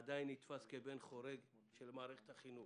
עדיין נתפס כבן חורג של מערכת החינוך,